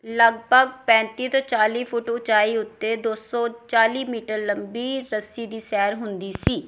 ਲਗਭਗ ਪੈਂਤੀ ਤੋਂ ਚਾਲ੍ਹੀ ਫੁੱਟ ਉਚਾਈ ਉੱਤੇ ਦੋ ਸੌ ਚਾਲ੍ਹੀ ਮੀਟਰ ਲੰਬੀ ਰੱਸੀ ਦੀ ਸੈਰ ਹੁੰਦੀ ਸੀ